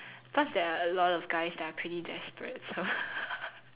plus there are a lot of guys are pretty desperate so